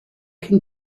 can